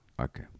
Okay